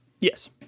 Yes